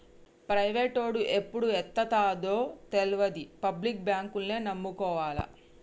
ప్రైవేటోడు ఎప్పుడు ఎత్తేత్తడో తెల్వది, పబ్లిక్ బాంకుల్నే నమ్ముకోవాల